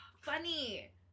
Funny